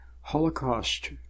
Holocaust